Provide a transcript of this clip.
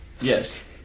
Yes